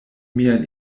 mian